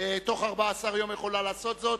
בתוך 14 יום יכולה לעשות זאת.